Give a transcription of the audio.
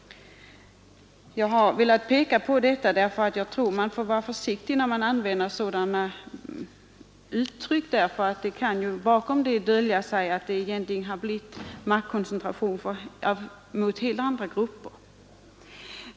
Jag har velat peka på detta då jag tror att man bör vara försiktig när man använder sådana uttryck. Bakom detta kan dölja sig att det blivit maktkoncentration för helt andra grupper.